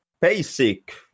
basic